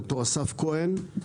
ד"ר אסף כהן,